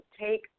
take